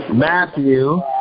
Matthew